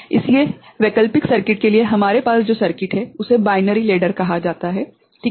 इसलिए वैकल्पिक सर्किट के लिए हमारे पास जो सर्किट है उसे बाइनरी लैडर कहा जाता है ठीक है